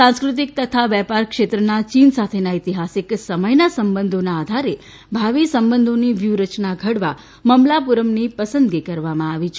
સાંસ્ક્રતિક તથા વેપાર ક્ષેત્રના ચીન સાથેના ઐતિહાસિક સમયના સંબંધોના આધારે ભાવિ સંબંધોની વ્યૂહરચના ઘડવા મમલાપુરમની પસંદગી કરવામાં આવી છે